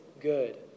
good